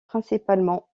principalement